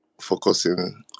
focusing